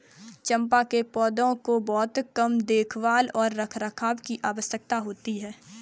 चम्पा के पौधों को बहुत कम देखभाल और रखरखाव की आवश्यकता होती है